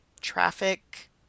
traffic